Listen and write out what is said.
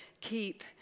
keep